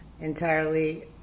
entirely